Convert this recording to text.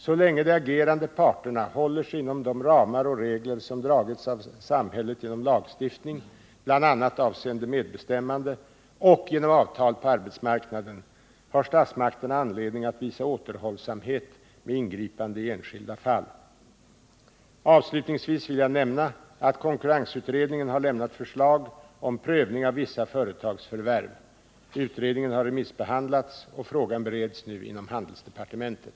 Så länge de agerande parterna håller sig inom de ramar och regler som dragits av samhället genom lagstiftning, bl.a. avseende medbestämmande, och genom avtal på arbetsmarknaden har statsmakterna anledning att visa återhållsamhet med ingripande i enskilda fall. Avslutningsvis vill jag nämna att konkurrensutredningen har lämnat förslag om prövning av vissa företagsförvärv. Utredningen har remissbehandlats, och frågan bereds nu inom handelsdepartementet.